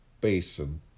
basin